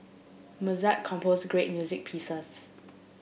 Mozart compose great music pieces